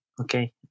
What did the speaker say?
Okay